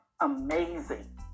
amazing